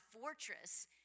fortress